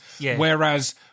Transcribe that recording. whereas